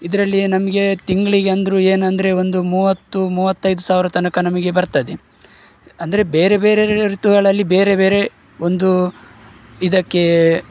ಇದರಲ್ಲಿ ನಮಗೆ ತಿಂಗ್ಳಿಗೆ ಎಂದರೂ ಏನೆಂದ್ರೆ ಒಂದು ಮೂವತ್ತು ಮೂವತ್ತೈದು ಸಾವಿರ ತನಕ ನಮಗೆ ಬರ್ತದೆ ಅಂದರೆ ಬೇರೆ ಬೇರೆ ಋತುಗಳಲ್ಲಿ ಬೇರೆ ಬೇರೆ ಒಂದು ಇದಕ್ಕೆ